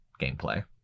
gameplay